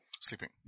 sleeping